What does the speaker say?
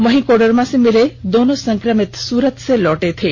वहीं कोडरमा से मिले दोनों संकमित सूरत से लौटे थे